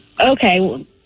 Okay